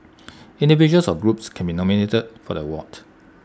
individuals or groups can be nominated for the ward